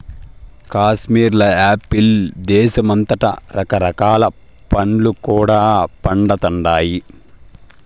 కాశ్మీర్ల యాపిల్ దేశమంతటా రకరకాల పండ్లు కూడా పండతండాయి